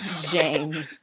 James